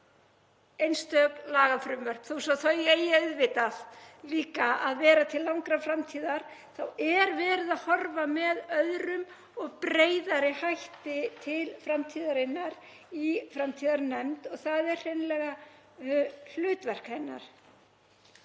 einstök lagafrumvörp. Þó svo að þau eigi auðvitað líka að vera til langrar framtíðar þá er verið að horfa með öðrum og breiðari hætti til framtíðarinnar í framtíðarnefnd og það er hreinlega hlutverk hennar.